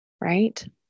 Right